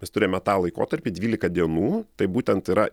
mes turime tą laikotarpį dvylika dienų tai būtent yra